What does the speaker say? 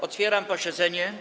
Otwieram posiedzenie.